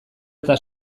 eta